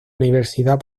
universidad